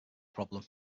problem